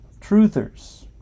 truthers